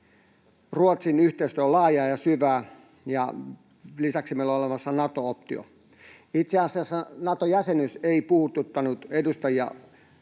kanssa yhteistyö on laajaa ja syvää, ja lisäksi meillä on olemassa Nato-optio. Itse asiassa Nato-jäsenyys ei puhututtanut edustajia